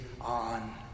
on